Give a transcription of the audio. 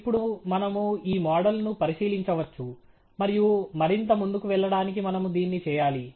ఇప్పుడు మనము ఈ మోడల్ ను పరిశీలించవచ్చు మరియు మరింత ముందుకు వెళ్ళడానికి మనము దీన్ని చేయాలి